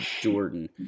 Jordan